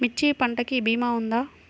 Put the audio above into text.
మిర్చి పంటకి భీమా ఉందా?